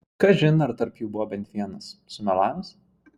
kažin ar tarp jų buvo bent vienas sumelavęs